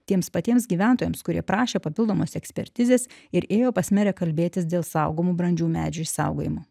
tiems patiems gyventojams kurie prašė papildomos ekspertizės ir ėjo pas merė kalbėtis dėl saugomų brandžių medžių išsaugojimo